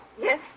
Yes